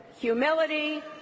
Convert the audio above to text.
humility